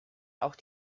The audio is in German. auch